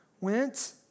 went